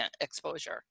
exposure